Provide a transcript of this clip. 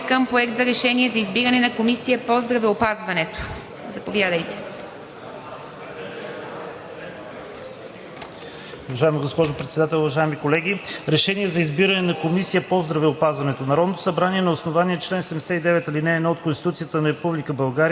Преминаваме към Проект за решение за избиране на Комисия по здравеопазването. Заповядайте.